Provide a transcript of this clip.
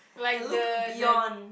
and look beyond